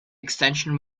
extension